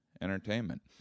entertainment